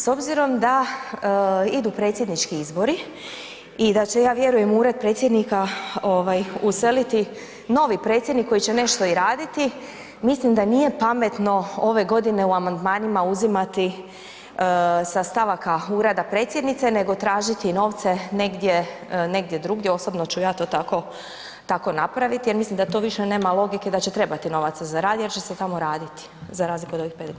S obzirom da idu predsjednički izbori i da će, ja vjerujem, u ured predsjednika ovaj useliti novi predsjednik koji će nešto i raditi, mislim da nije pametno ove godine u amandmanima uzimati sa stavaka ureda predsjednice, nego tražiti novce negdje, negdje drugdje, osobno ću ja to tako, tako napraviti jer mislim da to više nema logike da će trebati novaca za rad jer će se tamo raditi za razliku od ovih 5.g.